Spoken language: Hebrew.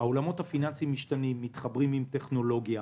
שהעולמות הפיננסיים משתנים, מתחברים עם טכנולוגיה.